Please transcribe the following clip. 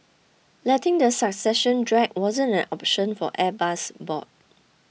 letting the succession drag wasn't an option for Airbus's board